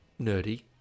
nerdy